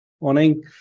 Morning